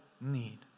need